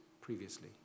previously